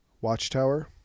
Watchtower